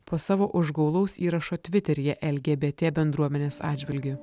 po savo užgaulaus įrašo tviteryje lgbt bendruomenės atžvilgiu